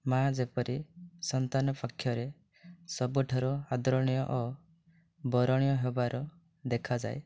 ମାଆ ଯେପରି ସନ୍ତାନ ପକ୍ଷରେ ସବୁଠାରୁ ଆଦରଣୀୟ ଓ ବରଣୀୟ ହେବାର ଦେଖାଯାଏ